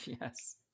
Yes